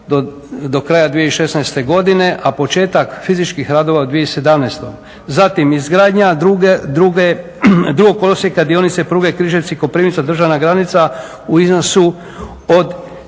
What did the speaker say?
do kraja 2016. godine a početak fizičkih radova u 2017. Zatim izgradnja drugog kolosijeka dionice pruge Križevci-Koprivnica, državna granica u iznosu od